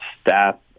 staff